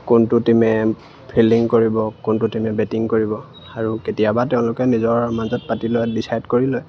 কোনটো টিমে ফিল্ডিং কৰিব কোনটো টিমে বেটিং কৰিব আৰু কেতিয়াবা তেওঁলোকে নিজৰ মাজত পাতি লৈ ডিচাইড কৰি লয়